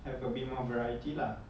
have a bit more variety lah